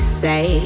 say